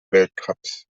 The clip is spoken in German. weltcups